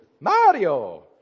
Mario